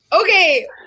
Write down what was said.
Okay